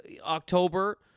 October